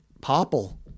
popple